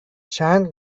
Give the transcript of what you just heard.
چند